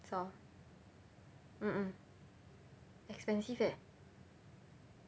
saw mmhmm expensive eh